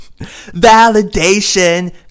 Validation